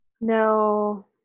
No